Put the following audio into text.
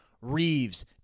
Reeves